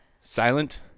silent